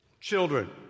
children